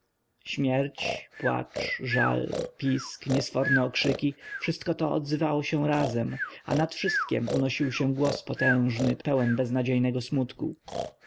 śmierci głazem śmiech płacz żal pisk niesforne okrzyki wszystko to odzywało się razem a nad wszystkiem unosił się głos potężny pełen beznadziejnego smutku